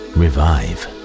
revive